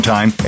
Time